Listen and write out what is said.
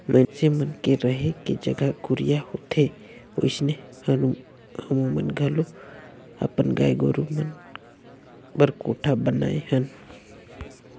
मइनसे मन के रहें के जघा कुरिया होथे ओइसने हमुमन घलो अपन गाय गोरु मन बर कोठा बनाये हन